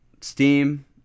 Steam